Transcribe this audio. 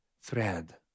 thread